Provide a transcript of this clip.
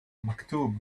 maktub